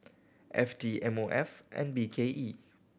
F T M O F and B K E